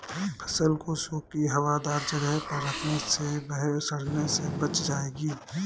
फसल को सूखी, हवादार जगह पर रखने से वह सड़ने से बच जाएगी